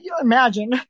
Imagine